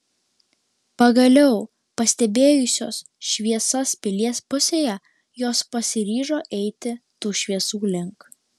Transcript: pagaliau pastebėjusios šviesas pilies pusėje jos pasiryžo eiti tų šviesų link